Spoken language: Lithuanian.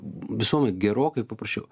visuomet gerokai paprasčiau